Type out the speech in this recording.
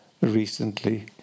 recently